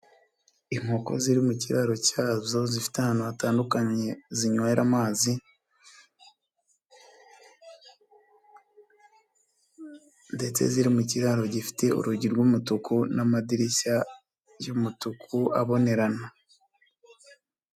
Inkoko ziri mu kiraro cyazo zifite ahantu hatandukanye zinywera amazi ndetse ziri mu kiraro gifite urugi rw'umutuku n'amadirishya y'umutuku abonerana.